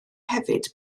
hefyd